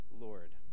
Lord